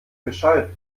bescheid